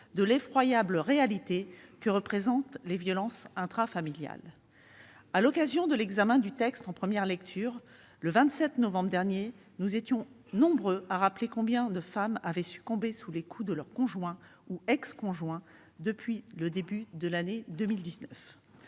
de l'effroyable réalité que représentent les violences intrafamiliales. À l'occasion de l'examen du texte en première lecture, le 27 novembre dernier, nous étions nombreux à rappeler combien de femmes avaient succombé sous les coups de leur conjoint ou ex-conjoint depuis le début de l'année 2019.